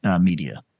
media